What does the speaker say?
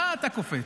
מה אתה קופץ?